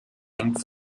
hängt